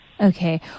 Okay